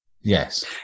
Yes